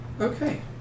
Okay